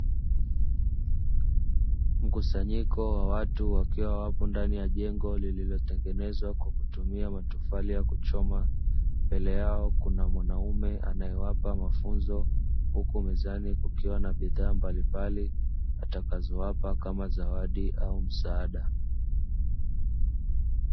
Mkusanyiko wa watu wakiwa wapo ndani ya jengo, lililotengenezwa kwa kutumia matofali ya kuchoma mbele yao kuna mwanaume anayewapa mafunzo huku mezani kukiwa na bidhaa mbalimbali atakazowapa kama zawadi au msaada.